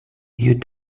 you